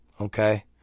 Okay